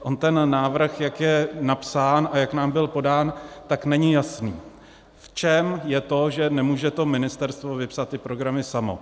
On ten návrh, tak jak je napsán a jak nám byl podán, není jasný, v čem je to, že nemůže to ministerstvo vypsat ty programy samo.